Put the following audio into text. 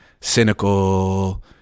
cynical